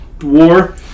War